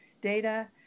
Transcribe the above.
data